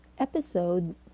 Episode